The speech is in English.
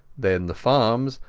then the farms,